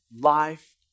life